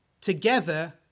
together